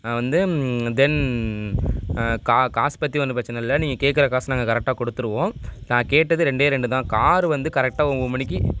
வந்து தென் கா காசு பற்றி ஒன்றும் பிரச்சனை இல்லை நீங்கள் கேட்குற காசு நாங்கள் கரெக்டாக கொடுத்துருவோம் நான் கேட்டது ரெண்டே ரெண்டு தான் காரு வந்து கரெக்டாக ஒன்போது மணிக்கு